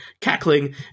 cackling